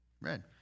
red